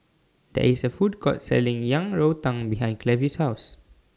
There IS A Food Court Selling Yang Rou Tang behind Clevie's House